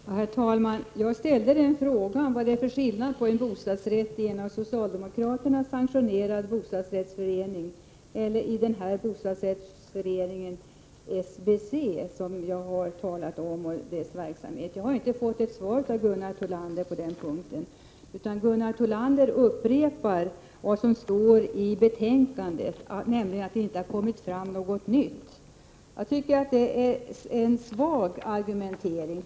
Herr talman! Jag ställde frågan vad det är för skillnad på en bostadsrätt i en av socialdemokraterna sanktionerad bostadsrättsförening jämfört med en bostadsrätt i SBC. Jag har inte fått något svar av Gunnar Thollander. Gunnar Thollander upprepar vad som står i betänkandet, nämligen att det inte har kommit fram något nytt. Jag tycker att det är en svag argumentering.